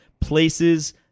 places